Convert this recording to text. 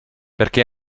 perché